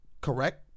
correct